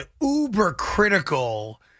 uber-critical